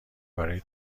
برای